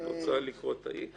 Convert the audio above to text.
את רוצה לקרוא את ה-X